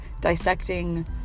dissecting